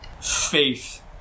faith